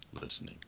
listening